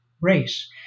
race